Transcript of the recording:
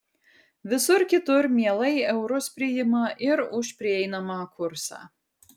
visur kitur mielai eurus priima ir už prieinamą kursą